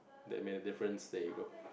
that made a difference there you go